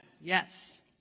Yes